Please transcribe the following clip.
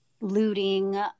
looting